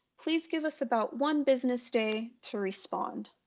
please give us about one business day to respond.